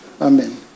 Amen